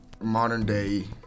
modern-day